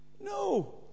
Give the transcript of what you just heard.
No